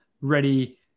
ready